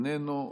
איננו.